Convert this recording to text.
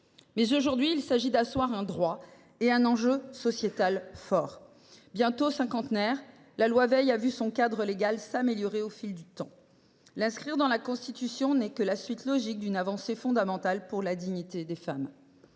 s’agit aujourd’hui d’asseoir un droit face à un enjeu sociétal fort. Bientôt cinquantenaire, la loi Veil a vu son cadre légal s’améliorer au fil du temps. Son inscription dans la Constitution n’est que la suite logique d’une avancée fondamentale pour la dignité des femmes.